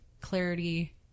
clarity